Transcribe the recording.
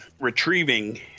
retrieving